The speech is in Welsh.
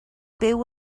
byw